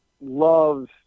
loves